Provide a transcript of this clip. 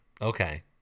Okay